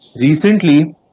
recently